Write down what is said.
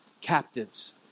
captives